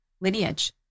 lineage